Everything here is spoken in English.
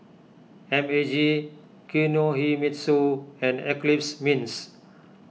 M A G Kinohimitsu and Eclipse Mints